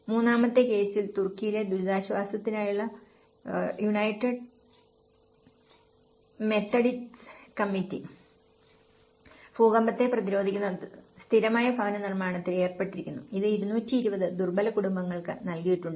മൂന്നാമത്തെ കേസിൽ തുർക്കിയിലെ ദുരിതാശ്വാസത്തിനായുള്ള യുണൈറ്റഡ് മെത്തഡിസ്റ്റ് കമ്മിറ്റി ഭൂകമ്പത്തെ പ്രതിരോധിക്കുന്ന സ്ഥിരമായ ഭവന നിർമ്മാണത്തിൽ ഏർപ്പെട്ടിരുന്നു ഇത് 220 ദുർബല കുടുംബങ്ങൾക്ക് നൽകിയിട്ടുണ്ട്